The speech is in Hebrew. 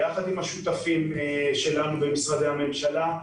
יחד עם השותפים שלנו במשרדי הממשלה,